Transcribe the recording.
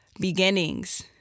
beginnings